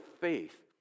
faith